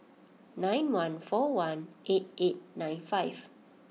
nine one four one eight eight nine five